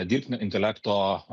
dirbtinio intelekto